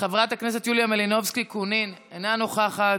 חברת הכנסת יולי מלינובסקי קונין, אינה נוכחת,